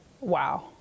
wow